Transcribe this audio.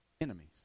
enemies